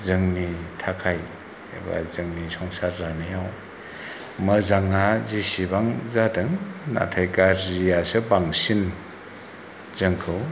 जोंनि थाखाय एबा जोंनि संसार जानायाव मोजाङा जेसेबां जादों नाथाय गाज्रियासो बांसिन जोंखौ